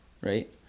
right